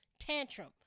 tantrum